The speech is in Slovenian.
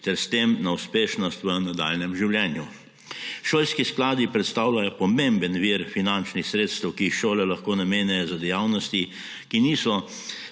ter s tem na uspešnost v nadaljnjem življenju. Šolski skladi predstavljajo pomemben vir finančnih sredstev, ki jih šole lahko namenjajo za dejavnosti, ki niso